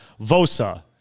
Vosa